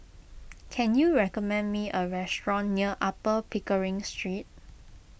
can you recommend me a restaurant near Upper Pickering Street